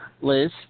Liz